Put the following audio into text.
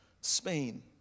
Spain